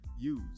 use